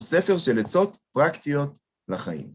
ספר של עצות פרקטיות לחיים.